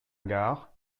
gare